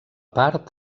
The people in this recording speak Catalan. part